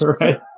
Right